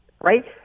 right